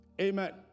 Amen